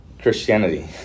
Christianity